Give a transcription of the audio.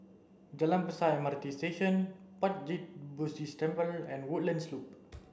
Jalan Besar M R T Station Puat Jit Buddhist Temple and Woodlands Loop